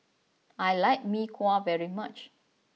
I like Mee Kuah very much